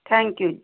thank you ਜੀ